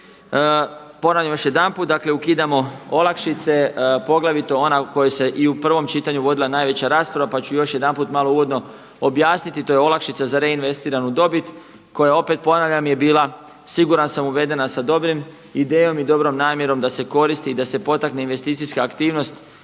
Ponavljam još jedanput. Dakle, ukidamo olakšice poglavito ona o kojoj se i u prvom čitanju vodila najveća rasprava, pa ću još jedanput malo uvodno objasniti. To je olakšica za reinvestiranu dobit koja opet ponavljam je bila siguran sam uvedena sa dobrom idejom i dobrom namjerom da se koristi i da se potakne investicijska aktivnost